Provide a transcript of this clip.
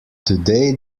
today